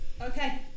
Okay